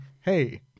hey